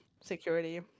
security